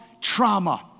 trauma